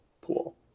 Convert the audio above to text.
pool